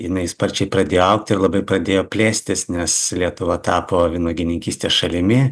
jinai sparčiai pradėjo augti ir labai pradėjo plėstis nes lietuva tapo vynuogininkystės šalimi